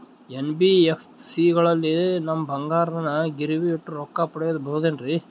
NBFC ಗಳಲ್ಲಿ ನಮ್ಮ ಬಂಗಾರನ ಗಿರಿವಿ ಇಟ್ಟು ರೊಕ್ಕ ಪಡೆಯಬಹುದೇನ್ರಿ?